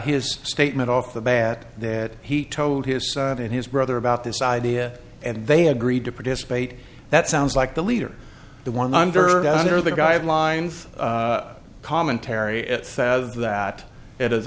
his statement off the bat that he told his son and his brother about this idea and they agreed to participate that sounds like the leader the one i'm dirt under the guidelines commentary it says that it is